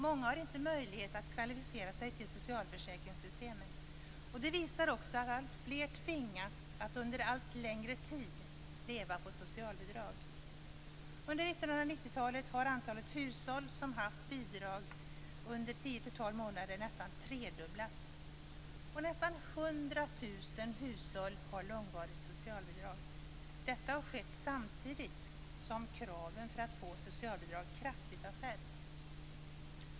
Många har inte möjlighet att kvalificera sig till socialförsäkringssystemen. Det visar också att alltfler tvingas att under allt längre tid leva på socialbidrag. Under 1990-talet har antalet hushåll som haft bidrag under 10-12 månader nästan tredubblats. Nästan 100 000 hushåll har långvarigt socialbidrag. Detta har skett samtidigt som kraven för att få socialbidrag kraftigt har skärpts.